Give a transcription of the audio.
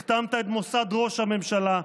הכתמת את מוסד ראש הממשלה,